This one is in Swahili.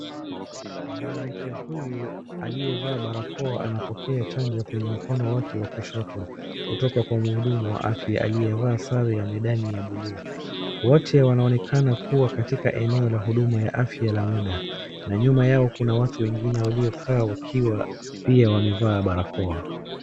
Mwanamke huyu aliyevaa barakoa anapokea chanjo kwenye mkono wake wa kushoto kutoka kwa mhudumu wa afya aliyevaa sare ya medani ya blue .Wote wanaonekana kuwa katika eneo ya huduma ya afya la umma na nyuma yao kuna watu wengine waliokaa wakiwa pia wamevaa barakoa.